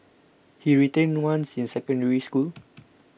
he retained once in Secondary School